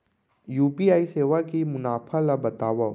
UPI सेवा के मुनाफा ल बतावव?